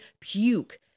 Puke